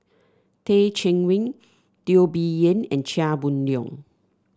Teh Cheang Wan Teo Bee Yen and Chia Boon Leong